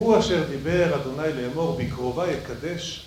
הוא אשר דיבר אדוני לאמור בקרובי אקדש